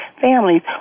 families